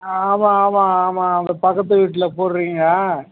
ஆமாம் ஆமாம் ஆமாம் அந்த பக்கத்து வீட்டில் போடுறீங்க